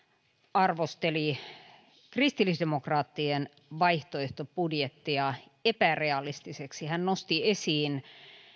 arvosteli kristillisdemokraattien vaihtoehtobudjettia epärealistiseksi hän nosti esiin